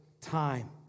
time